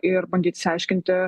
ir bandyt išsiaiškinti